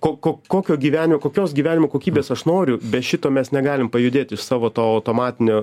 ko ko kokio gyvenimo kokios gyvenimo kokybės aš noriu be šito mes negalim pajudėti iš savo to automatinio